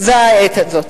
בעת הזאת.